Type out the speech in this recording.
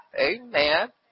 Amen